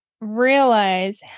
realize